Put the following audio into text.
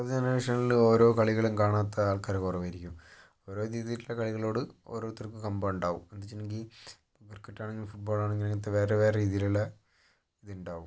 പുതിയ ജനറേഷനിൽ ഓരോ കളികളും കാണാത്ത ആൾക്കാർ കുറവായിരിക്കും ഓരോ രീതിയിൽ ഉള്ള കളികളോട് ഓരോരുത്തർക്കും കമ്പം ഉണ്ടാകും എന്നുവെച്ചിട്ടുണ്ടെങ്കിൽ ഇപ്പം ക്രിക്കറ്റ് ആണെങ്കിലും ഫുട് ബോൾ ആണെങ്കിലും അങ്ങനത്തെ വേറെ വേറെ രീതിയിലുള്ള ഇതുണ്ടാകും